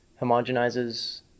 homogenizes